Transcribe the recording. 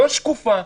לא שקופה,